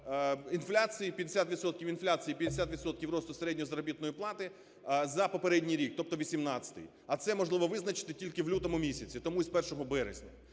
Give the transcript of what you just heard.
інфляції, 50 відсотків росту середньої заробітної плати за попередній рік, тобто 18-й. А це можливо визначити тільки в лютому місяці, тому і з першого